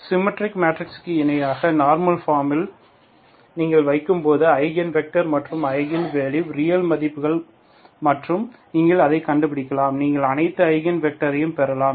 symmetric மெட்ரிக்ஸுக்கு இணையான normal ஃபார்மில் நீங்கள் வைக்கும் போது ஐகன் வெக்டர் மற்றும் ஐகன் வேல்யூகள் ரியல் மதிப்புகள் மற்றும் நீங்கள் அதை கண்டுபிடிக்கலாம் நீங்கள் அனைத்து ஐகன் வெக்டர்களையும் பெறலாம்